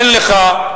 אין לך,